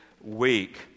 week